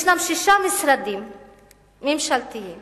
יש שישה משרדים ממשלתיים